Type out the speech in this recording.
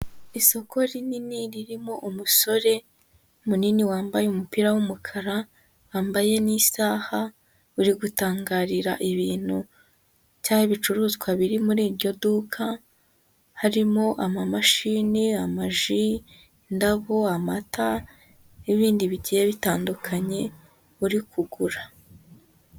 Isoko rinini ririmo umusore munini wambaye umupira w'umukara, wambaye n'isaha, uri gutangarira ibintu cyangwa ibicuruzwa biri muri iryo duka, harimo amamashini, amaji, indabo, amata n'ibindi bigiye bitandukanye uri kugura.